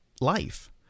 life